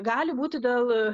gali būti dėl